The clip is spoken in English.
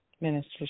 Minister